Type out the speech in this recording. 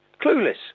Clueless